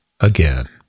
again